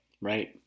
right